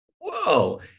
whoa